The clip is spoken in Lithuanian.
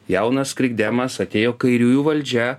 jaunas krikdemas atėjo kairiųjų valdžia